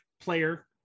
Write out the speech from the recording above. player